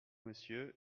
monsieur